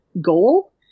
goal